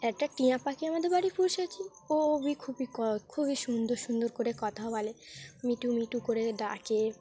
একটা টিয়া পাখি আমাদের বাড়ি পুষেছি ও খুবই ক খুবই সুন্দর সুন্দর করে কথা বলে মিঠু মিঠু করে ডাকে